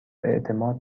اعتماد